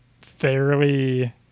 fairly